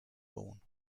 born